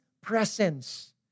presence